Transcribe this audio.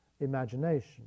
imagination